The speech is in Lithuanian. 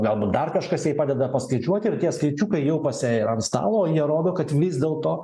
galbūt dar kažkas jai padeda paskaičiuoti ir tie skaičiukai jau pas ją yra ant stalo jie rodo kad vis dėlto